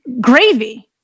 gravy